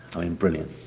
i mean, brilliant.